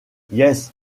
yes